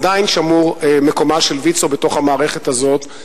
עדיין שמור מקומה של ויצו בתוך המערכת הזאת,